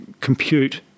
compute